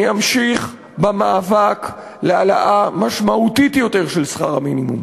אני אמשיך במאבק להעלאה משמעותית יותר של שכר המינימום,